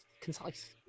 concise